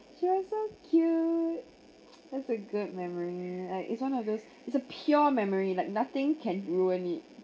she was so cute that's a good memory like it's one of those is a pure memory like nothing can ruin it